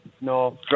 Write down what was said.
No